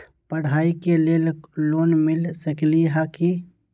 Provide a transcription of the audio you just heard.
पढाई के लेल लोन मिल सकलई ह की?